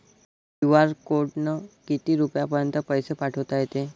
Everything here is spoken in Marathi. क्यू.आर कोडनं किती रुपयापर्यंत पैसे पाठोता येते?